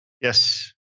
Yes